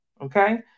Okay